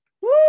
Woo